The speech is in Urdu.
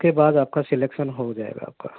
اس کے بعد آپ کا سلیکشن ہو جائے گا آپ کا